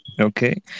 okay